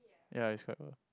ya it's quite worth